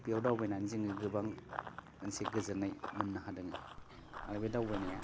बेयाव दावबायनानै जोङो गोबां मोनसे गोजोननाय मोननो हादोङो आरो बे दावबायनाया